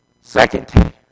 Second